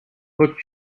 look